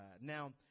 now